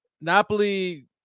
Napoli